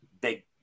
big